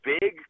big